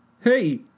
Hey